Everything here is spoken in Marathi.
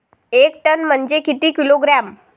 एक टन म्हनजे किती किलोग्रॅम?